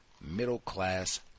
middle-class